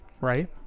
right